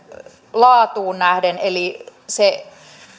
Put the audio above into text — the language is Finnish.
laatuun nähden eli